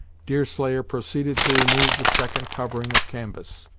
deerslayer proceeded to remove the second covering of canvass.